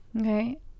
Okay